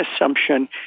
assumption